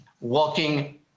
walking